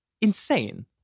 insane